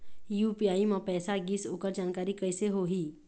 UPI म पैसा गिस ओकर जानकारी कइसे होही?